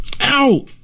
ow